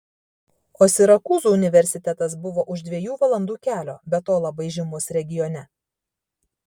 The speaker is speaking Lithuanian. o sirakūzų universitetas buvo už dviejų valandų kelio be to labai žymus regione